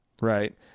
right